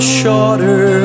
shorter